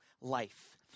life